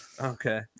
Okay